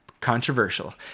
controversial